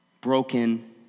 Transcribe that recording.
broken